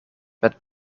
met